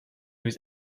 was